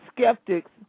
skeptics